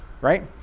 right